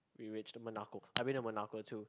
we reached the Monaco I had been to Monaco too